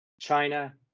China